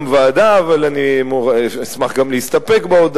אני מוכן גם ועדה, אני אשמח גם להסתפק בהודעה.